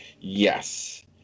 Yes